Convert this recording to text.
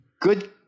Good